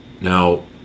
Now